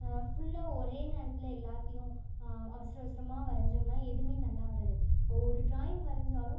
ஃபுல்லாக ஒரே நேரத்தில் எல்லாத்தியும் அவசர அவசரமாக வரைஞ்சோம்னா எதுவுமே நல்லா வராது இப்போ ஒரு ட்ராயிங் வரைஞ்சாலும்